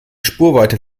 spurweite